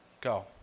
Go